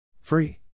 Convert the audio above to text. Free